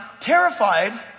terrified